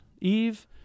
Eve